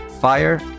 fire